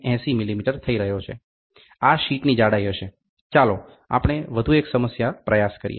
80 millimetre થઈ રહ્યો છે આ શીટની જાડાઈ હશે ચાલો આપણે વધુ એક સમસ્યાનો પ્રયાસ કરીએ